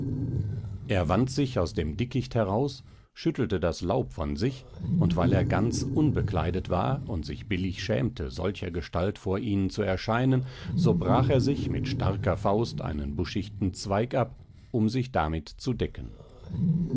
er wand sich aus dem dickicht heraus schüttelte das laub von sich und weil er ganz unbekleidet war und sich billig schämte solchergestalt vor ihnen zu erscheinen so brach er sich mit starker faust einen buschichten zweig ab um sich damit zu decken